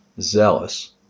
zealous